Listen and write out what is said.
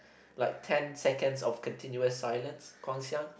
like ten seconds of continuous silence Guang-Xiang